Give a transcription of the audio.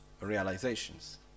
realizations